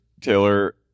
taylor